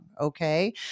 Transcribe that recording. okay